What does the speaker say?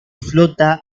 flota